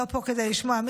לא פה כדי לשמוע.